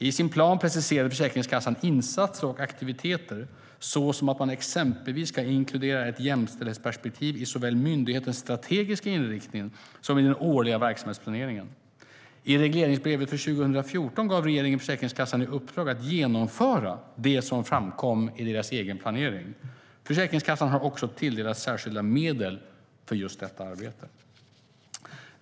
I sin plan preciserade Försäkringskassan insatser och aktiviteter, exempelvis att man ska inkludera ett jämställdhetsperspektiv i såväl myndighetens strategiska inriktning som den årliga verksamhetsplaneringen. I regleringsbrevet för 2014 gav regeringen Försäkringskassan i uppdrag att genomföra det som framkom i denna plan. Försäkringskassan har också tilldelats särskilda medel för detta arbete.